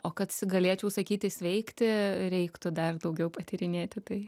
o kad galėčiau sakyti sveikti reiktų dar daugiau patyrinėti tai